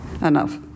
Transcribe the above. enough